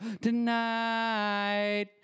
tonight